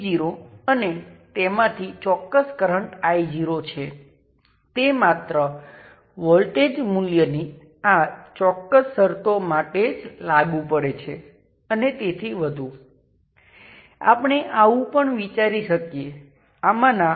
અને છેલ્લે તમે પોર્ટ 1 પર કરંટ લાગુ કરી શકો છો પોર્ટ 2 પર વોલ્ટેજ લાગુ કરી શકો છો